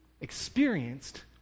experienced